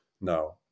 now